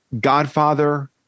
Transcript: Godfather